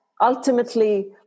ultimately